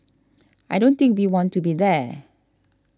I don't think we want to be there